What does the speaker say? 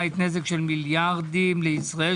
נזק של מיליארדים לישראל",